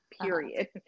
period